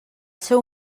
seu